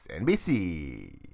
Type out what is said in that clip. NBC